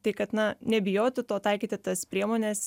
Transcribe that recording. tai kad na nebijoti to taikyti tas priemones